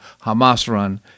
Hamas-run